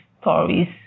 stories